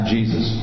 Jesus